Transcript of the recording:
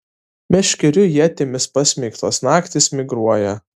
meškerių ietimis pasmeigtos naktys migruoja